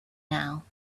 now